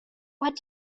what